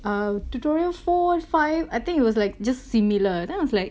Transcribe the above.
uh tutorial four five I think was like just similar then I was like